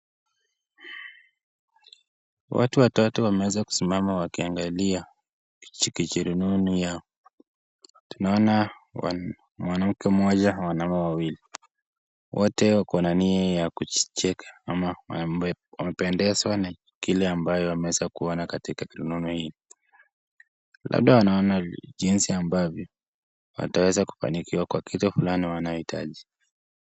Watu watatu wamesimama wakiangalia kichikirununu yao Tunaona mwanamke mmoja na wanaume wawili. Wote wako na nia ya kucheka ama wamependezwa na kile ambayo wameweza kuona katika kirununi hili. Labda wanaona jinsi ambavyo wataweza kufanikiwa kwa kitu fulani wanachohitaji.